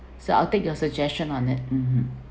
so I'll take your suggestion on it mmhmm